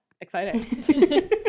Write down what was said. exciting